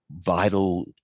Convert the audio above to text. vital